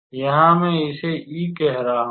यहाँ मैं इसे E कह रहा हूं